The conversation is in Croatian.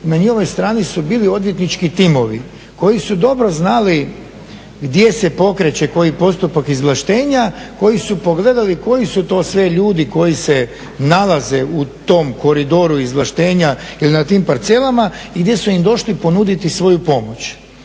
na njihovoj strani su bili odvjetnički timovi koji su dobro znali gdje se pokreće koji postupak izvlaštenja, koji su pogledali koji su to sve ljudi koji se nalaze u tom koridoru izvlaštenja ili na tim parcelama i gdje su im došli ponuditi svoju pomoć.